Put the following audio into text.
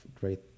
great